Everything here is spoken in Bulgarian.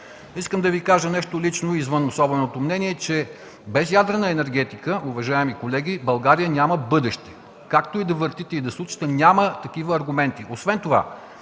Искам да Ви кажа нещо лично, извън особеното мнение, че без ядрена енергетика, уважаеми колеги, България няма бъдеще. Както да въртите и да сучете, няма такива аргументи. Освен това,